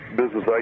business